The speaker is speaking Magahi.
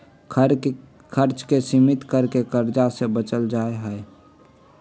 खर्च के सीमित कर के कर्ज से बचल जा सका हई